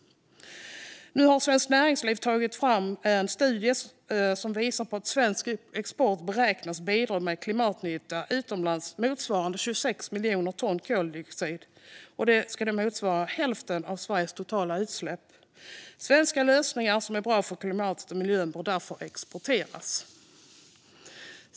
Nu har Svenskt Näringsliv tagit fram en studie som visar på att svensk export beräknas bidra med klimatnytta utomlands motsvarande 26 miljoner ton koldioxid. Detta ska motsvara hälften av Sveriges totala utsläpp. Svenska lösningar som är bra för klimatet och miljön bör därför exporteras.